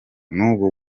n’ubu